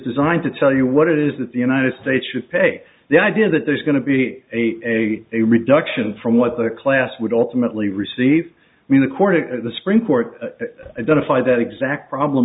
designed to tell you what it is that the united states should pay the idea that there's going to be a a reduction from what the class would ultimately receive mean according to the supreme court identify that exact problem